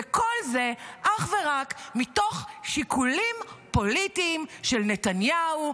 וכל זה אך ורק מתוך שיקולים פוליטיים של נתניהו,